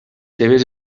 seves